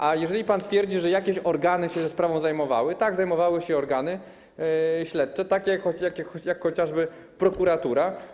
A jeżeli pan twierdzi, że jakieś organy się tą sprawą zajmowały - tak, zajmowały się organy śledcze, takie jak chociażby prokuratura.